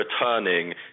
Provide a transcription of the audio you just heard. returning